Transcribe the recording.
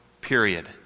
Period